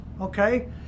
okay